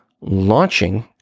Launching